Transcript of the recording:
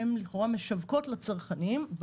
הן לכאורה משווקות לצרכנים,